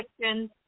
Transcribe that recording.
questions